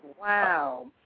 Wow